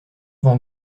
van